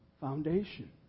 Foundation